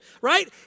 right